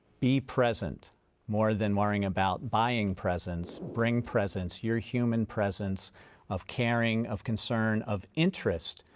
be present more than worrying about buying presents bring presence. your human presence of caring, of concern, of interest,